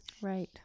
Right